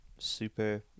super